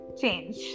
change